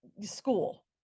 school